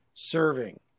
serving